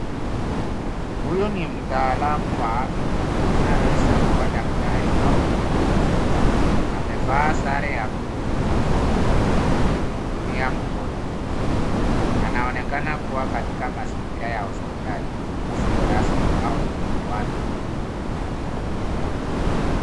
Huyu ni mtaalamu wa afya anayeweza kuwa daktari au muuguzi. Amevaa sare ya bluu na glovu akimhudumia mgonjwa. Anaonekana kuwa katika mazingira ya hospitali isiyo rasmi au yenye watu wengi.